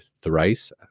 thrice